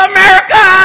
America